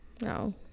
no